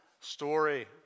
story